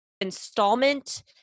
installment